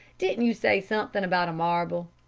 didn't you say something about a marble?